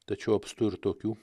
tačiau apstu ir tokių